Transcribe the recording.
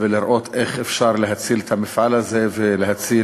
לראות איך אפשר להציל את המפעל הזה ולהציל